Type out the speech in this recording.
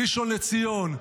ראשון לציון,